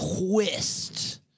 twist